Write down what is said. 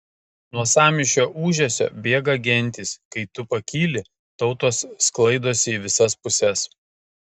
nuo sąmyšio ūžesio bėga gentys kai tu pakyli tautos sklaidosi į visas puses